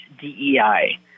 DEI